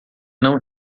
não